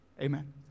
Amen